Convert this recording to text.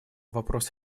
вопрос